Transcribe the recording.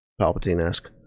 Palpatine-esque